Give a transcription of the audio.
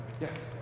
Yes